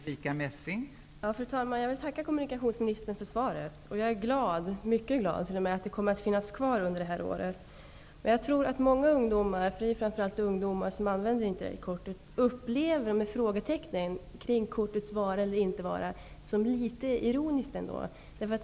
Fru talman! Jag vill tacka kommunikationsministern för svaret. Jag är mycket glad över att kortet kommer att finnas kvar under det här året. Jag tror att många ungdomar -- det är ju framför allt ungdomar som använder Interrailkortet -- upplever frågetecknet kring kortets vara eller inte vara som litet ironiskt.